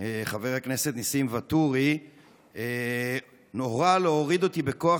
חבר הכנסת ניסים ואטורי הורה להוריד אותי בכוח